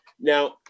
Now